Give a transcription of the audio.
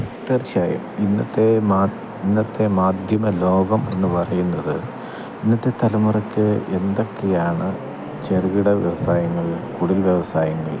തീർച്ചയായും ഇന്നത്തെ മാ ഇന്നത്തെ മാധ്യമ ലോകം എന്ന് പറയുന്നത് ഇന്നത്തെ തലമുറക്ക് എന്തൊക്കെയാണ് ചെറുകിട വ്യവസായങ്ങൾ കുടിൽ വ്യവസായങ്ങൾ